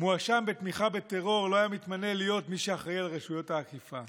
מואשם בתמיכה בטרור לא היה מתמנה להיות מי שאחראי לרשויות האכיפהץ